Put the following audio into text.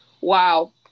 Wow